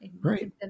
Right